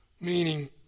meaning